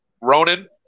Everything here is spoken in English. Ronan